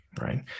Right